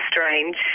strange